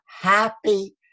happy